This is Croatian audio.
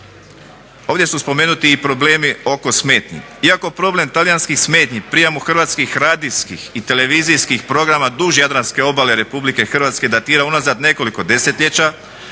Ovdje su spomenuti i problemi oko smetnji. Iako problem talijanskih smetnji … hrvatskih radijskih i televizijskih programa duž Jadranske obale RH datira unazad nekoliko desetljeća